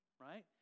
right